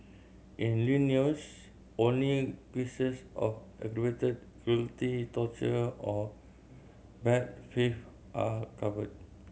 in Illinois only cases of aggravated cruelty torture or bad faith are covered